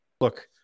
look